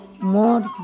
more